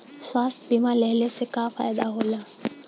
स्वास्थ्य बीमा लेहले से का फायदा होला?